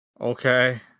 Okay